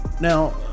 Now